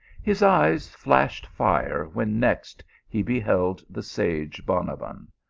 his eyes flashed fire when next he beheld the sage bonabbon.